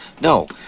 no